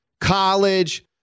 college